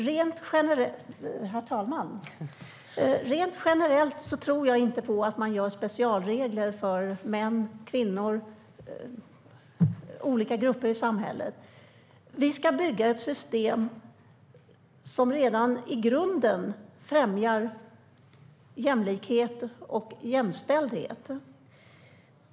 Herr talman! Rent generellt tror jag inte på att man gör specialregler för män och kvinnor och för olika grupper i samhället. Vi ska bygga ett system som redan i grunden främjar jämlikhet och jämställdhet.